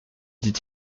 dit